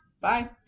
Bye